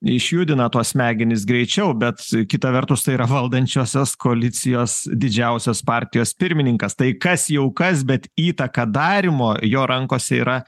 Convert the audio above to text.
išjudina tuos smegenis greičiau bet kita vertus tai yra valdančiosios koalicijos didžiausios partijos pirmininkas tai kas jau kas bet įtaka darymo jo rankose yra